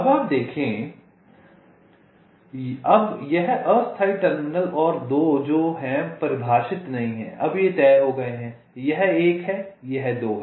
अब आप देखें अब यह अस्थायी टर्मिनल और 2 जो हैं परिभाषित नहीं है अब ये तय हो गए हैं यह 1 है यह 2 है